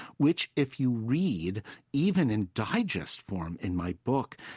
which, if you read even in digest form in my book,